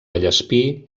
vallespir